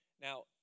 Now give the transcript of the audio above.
Now